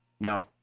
No